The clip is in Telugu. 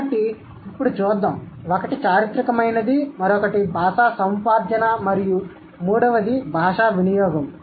కాబట్టి ఇప్పుడు చూద్దాం ఒకటి చారిత్రకమైనది మరొకటి భాషా సముపార్జన మరియు మూడవది భాషా వినియోగం